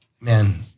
man